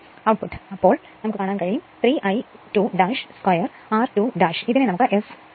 അപ്പോൾ 3 I2 2 r2എന്നതിനെ നമുക്ക് S P m1 S എന്ന് എഴുതാം